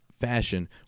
fashion